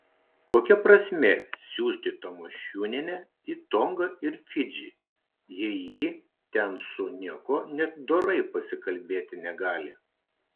kokia prasmė siųsti tamašunienę į tongą ir fidžį jei ji ten su niekuo net dorai pasikalbėti negali